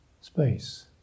space